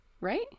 right